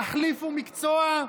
תחליפו מקצוע.